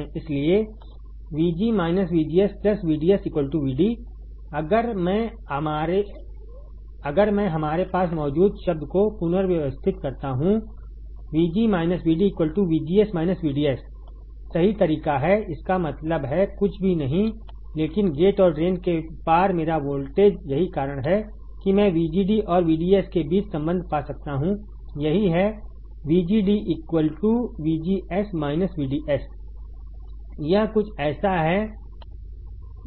इसलिए VG VGS VDS VD अगर मैं हमारे पास मौजूद शब्द को पुनर्व्यवस्थित करता हूं VG VD VGS VDS सही तरीका है इसका मतलब है कुछ भी नहीं लेकिन गेट और ड्रेन के पार मेरा वोल्टेज यही कारण है कि मैं VGD और VDS के बीच संबंध पा सकता हूं यही है VGD VGS VDS यह कुछ ऐसा है